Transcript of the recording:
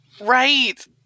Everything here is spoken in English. Right